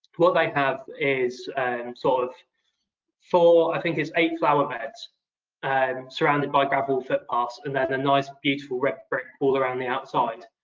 what they have is sort of four, i think it's eight flower beds surrounded by gravel footpaths. and there's a nice, beautiful red brick wall around the outside.